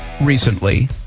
recently